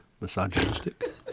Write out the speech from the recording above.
misogynistic